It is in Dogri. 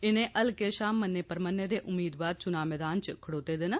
इनें हल्के षा मन्ने प्रमन्ने दे उमीदवार चुनां मग्दान च खडोते दे न